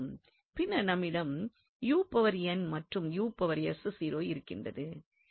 பின்னர் நம்மிடம் மற்றும் இருக்கின்றது